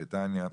בריטניה,